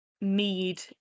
mead